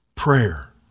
prayer